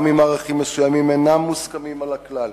גם אם ערכים מסוימים אינם מוסכמים על הכלל.